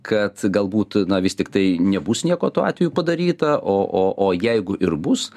kad galbūt na vis tiktai nebus nieko tuo atveju padaryta o o o jeigu ir bus